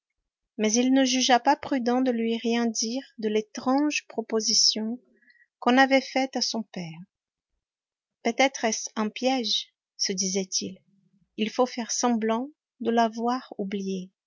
mais il ne jugea pas prudent de lui rien dire de l'étrange proposition qu'on avait faite à son père peut-être est-ce un piège se disait-il il faut taire semblant de l'avoir oublié